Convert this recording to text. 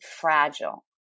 fragile